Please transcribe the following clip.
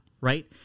right